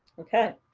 okay.